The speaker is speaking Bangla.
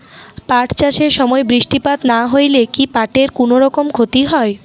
পাট চাষ এর সময় বৃষ্টিপাত না হইলে কি পাট এর কুনোরকম ক্ষতি হয়?